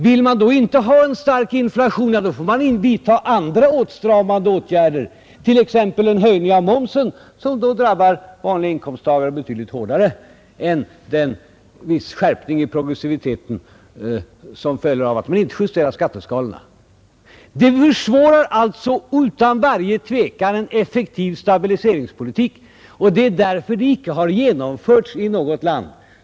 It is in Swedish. Vill man inte ha en stark inflation, måste man vidtaga andra åtstramande åtgärder, t.ex. en höjning av momsen, som då drabbar vanliga inkomsttagare betydligt hårdare än den skärpning av progressivitet som följer av att man inte justerat skatteskalorna. Ett sådant här arrangemang försvårar alltså utan varje tvivel en effektiv stabiliseringspolitik, och det är därför som det icke har genomförts i något land.